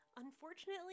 Unfortunately